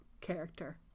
character